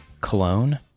cologne